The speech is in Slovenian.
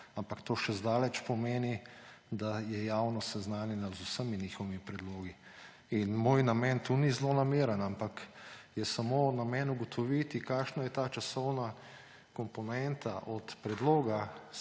ampak to še zdaleč ne pomeni, da je javnost seznanjena z vsemi njihovimi predlogi. Moj namen ni zlonameren, ampak je samo namen ugotoviti, kakšna je ta časovna komponenta od predloga